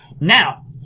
Now